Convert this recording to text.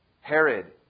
Herod